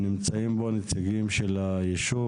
נמצאים פה הנציגים של הישוב,